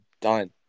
done